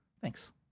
thanks